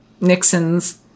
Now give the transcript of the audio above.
Nixons